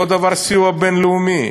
אותו הדבר הסיוע הבין-לאומי,